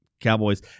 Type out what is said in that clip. Cowboys